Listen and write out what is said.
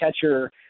catcher